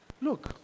Look